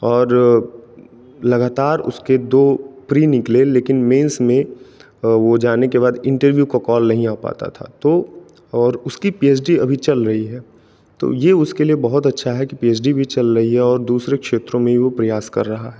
और लगातार उसके दो प्री निकले लेकिन मैन्स में वो जाने के बाद इंटरव्यू का कॉल नहीं आ पाता था तो और उसकी पी एच डी अभी चल रही है तो ये उसके लिए बहुत अच्छा है की पी एच डी भी चल रही है और दूसरे क्षेत्रो मे भी वो प्रयास कर रहा है